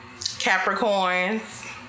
Capricorns